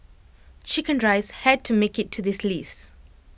Chicken Rice had to make IT to this list